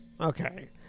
okay